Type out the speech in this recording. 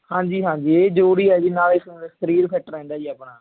ਹਾਂਜੀ ਹਾਂਜੀ ਇਹ ਜ਼ਰੂਰੀ ਹੈ ਜੀ ਨਾਲੇ ਇਸ ਨਾਲ ਸਰੀਰ ਫਿੱਟ ਰਹਿੰਦਾ ਜੀ ਆਪਣਾ